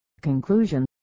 Conclusion